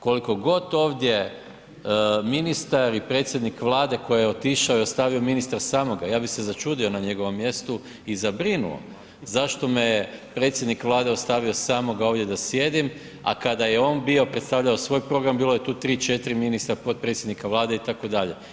Koliko god ovdje ministar i predsjednik Vlade koji je otišao i ostavio ministra samoga, ja ih se začudio na njegovom mjestu i zabrinuo zašto me je predsjednik Vlade ostavio samoga ovdje da sjedim a kada je on bio, predstavljao svoj program bilo je tu 3, 4 ministra, potpredsjednika Vlade itd.